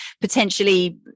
potentially